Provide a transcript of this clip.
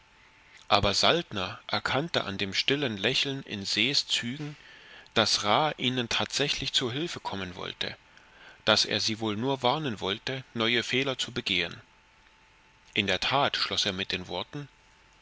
aber saltner erkannte an dem stillen lächeln in ses zügen daß ra ihnen tatsächlich zu hilfe kommen wollte daß er sie wohl nur warnen wollte neue fehler zu begehen in der tat schloß er mit den worten